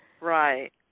Right